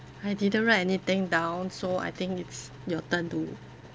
I didn't write anything down so I think it's your turn to